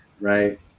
right